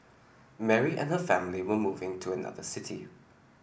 Mary and her family were moving to another city